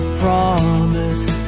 promise